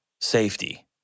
safety